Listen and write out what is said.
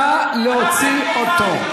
נא להוציא אותו.